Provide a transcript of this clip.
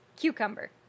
cucumber